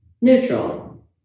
neutral